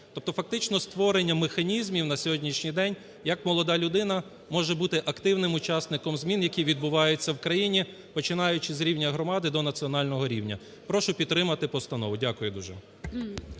тобто фактично створення механізмів на сьогоднішній день, як молода людина може бути активним учасником змін, які відбуваються в країні, починаючи з рівня громади до національного рівня. Прошу підтримати постанову. Дякую дуже.